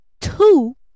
two